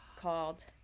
called